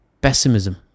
pessimism